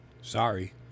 Sorry